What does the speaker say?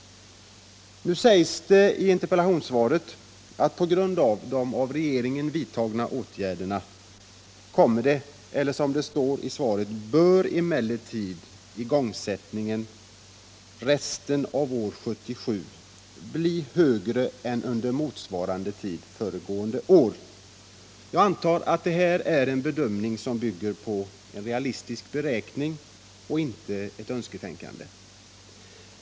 Nu sägs det i interpellationssvaret att som en följd av de av regeringen vidtagna åtgärderna ”bör emellertid igångsättningen under resten av år 1977 bli högre än under motsvarande tid föregående år”. Jag antar att detta är en bedömning som bygger på en realistisk beräkning och inte ett önsketänkande.